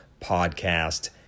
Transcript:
podcast